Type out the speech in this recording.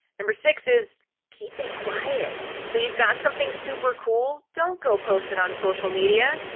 number six is keep it quiet. so you've got something super cool. don't go post it on social media,